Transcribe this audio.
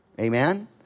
amen